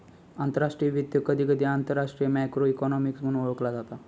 आंतरराष्ट्रीय वित्त, कधीकधी आंतरराष्ट्रीय मॅक्रो इकॉनॉमिक्स म्हणून ओळखला जाता